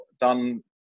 done